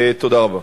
תודה רבה.